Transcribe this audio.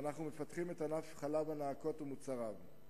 ואנחנו מפתחים את ענף חלב הנאקות ומוצריו.